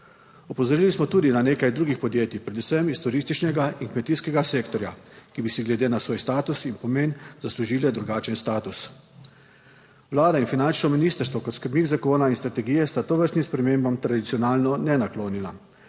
Opozorili smo tudi na nekaj drugih podjetij, predvsem iz turističnega in kmetijskega sektorja, ki bi si glede na svoj status in pomen zaslužile drugačen status. Vlada in finančno ministrstvo kot skrbnik zakona in strategije sta tovrstnim spremembam tradicionalno nenaklonjena.